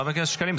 חבר הכנסת שקלים,